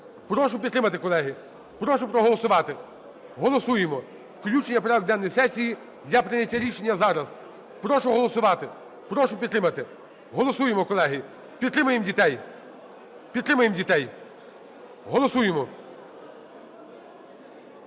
Прошу підтримати, колеги, прошу проголосувати. Голосуємо включення в порядок денний сесії для прийняття рішення зараз. Прошу голосувати, прошу підтримати! Голосуємо, колеги. Підтримаємо дітей, підтримаємо дітей! Голосуємо!